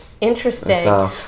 Interesting